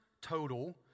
total